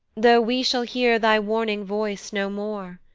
though we shall hear thy warning voice no more.